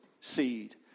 seed